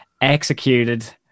executed